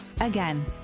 Again